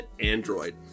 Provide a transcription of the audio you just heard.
Android